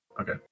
Okay